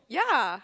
yeah